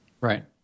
Right